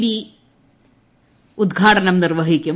B യുടെ ഉദ്ഘാടനം നിർവ്വഹിക്കും